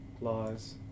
Lies